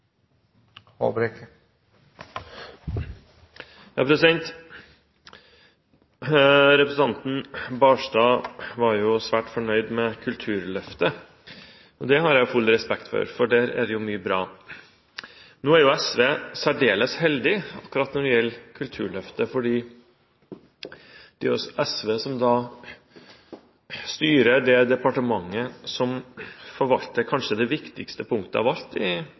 Representanten Knutson Barstad var svært fornøyd med Kulturløftet. Det har jeg full respekt for, for der er det mye bra. Nå er SV særdeles heldig akkurat når det gjelder Kulturløftet, fordi det er SV som styrer det departementet som kanskje forvalter det viktigste området av alle i